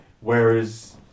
Whereas